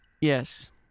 Yes